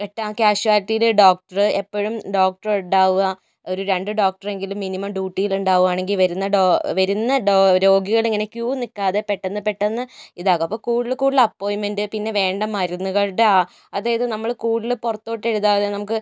എത്താൻ ക്യാഷ്വാലിറ്റിയില് ഡോക്ടർ എപ്പോഴും ഡോക്ടർ ഉണ്ടാകുക ഒരു രണ്ട് ഡോക്ടറെ എങ്കിലും മിനിമം ഡ്യൂട്ടിയിൽ ഉണ്ടാവുകയാണെങ്കിൽ വരുന്ന വരുന്ന രോഗികൾ ഇങ്ങനെ ക്യൂ നിൽക്കാതെ പെട്ടെന്ന് പെട്ടെന്ന് ഇതാക്കും അപ്പോൾ കൂടുതല് കൂടുതല് അപ്പോയിന്റ്മെന്റ് പിന്നെ വേണ്ട മരുന്നുകളുടെ അതായത് നമ്മൾ കൂടുതല് പുറത്തോട്ട് എഴുതാതെ നമുക്ക്